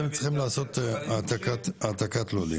אתם צריכים לעשות העתקת לולים.